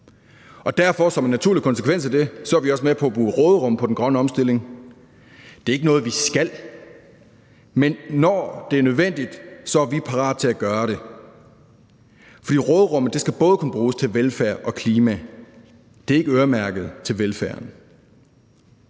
er vi som en naturlig konsekvens af det også med på at bruge råderum på den grønne omstilling. Det er ikke noget vi skal, men når det er nødvendigt, er Venstre parate til at gøre det. For råderummet skal både kunne bruges til velfærd og klima; det er ikke øremærket til velfærd.